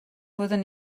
fyddwn